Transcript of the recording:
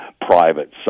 Private